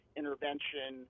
intervention